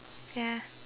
ya